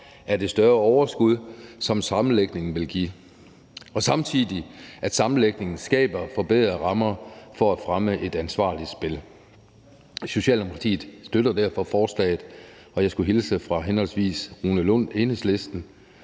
af det større overskud, som sammenlægningen vil give. Samtidig skaber sammenlægningen forbedrede rammer for at fremme et ansvarligt spil. Socialdemokratiet støtter derfor forslaget, og jeg skulle hilse fra henholdsvis Rune Lund, Enhedslisten,